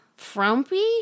frumpy